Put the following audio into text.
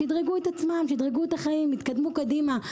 שדרגו את עצמם, שדרגו את החיים, התקדמו קדימה.